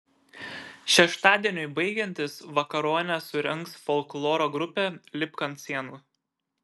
šeštadieniui baigiantis vakaronę surengs folkloro grupė lipk ant sienų